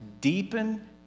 deepen